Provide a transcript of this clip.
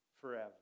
forever